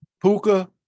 Puka